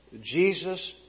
Jesus